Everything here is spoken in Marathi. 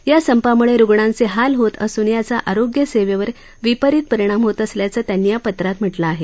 या संपामुळे रुग्णांचे हाल होत असून याचा आरोग्यासेवेवर विपरीत परिणाम होत असल्याचं त्यांनी या पत्रात म्हटलं आहे